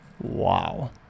Wow